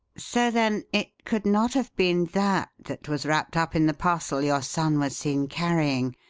so, then, it could not have been that that was wrapped up in the parcel your son was seen carrying.